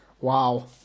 Wow